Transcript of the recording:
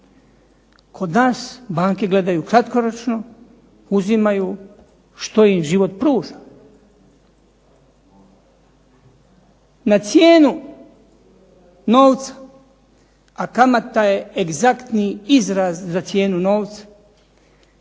Kod nas banke gledaju kratkoročno, uzimaju što im život pruža. Na cijenu novca, a kamata je egzaktni izraz za cijenu novca,